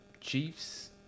Chiefs